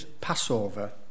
Passover